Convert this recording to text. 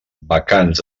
vacants